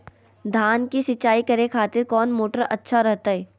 धान की सिंचाई करे खातिर कौन मोटर अच्छा रहतय?